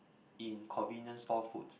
in convenience store food